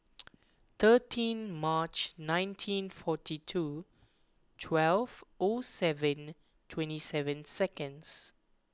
thirteen March nineteen forty two twelve O seven twenty seven seconds